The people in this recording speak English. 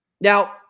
Now